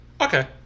Okay